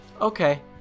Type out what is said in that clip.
Okay